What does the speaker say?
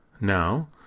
Now